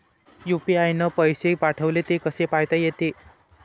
UPI न पैसे पाठवले, ते कसे पायता येते?